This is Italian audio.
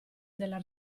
della